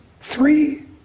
three